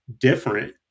different